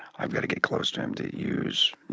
i've got to get close to him to use you